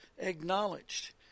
acknowledged